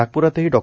नागपूरातही डॉ